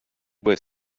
was